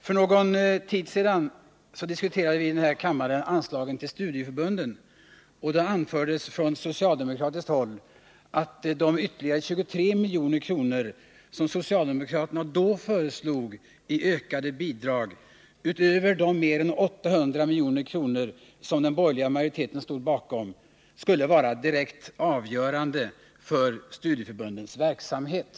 För någon tid sedan diskuterade vi i denna kammare anslagen till studieförbunden. Då anfördes från socialdemokratiskt håll att de ytterligare 23 milj.kr. som socialdemokraterna föreslog i ökade bidrag utöver de 800 milj.kr. som den borgerliga majoriteten stod bakom skulle vara direkt avgörande för studieförbundens verksamhet.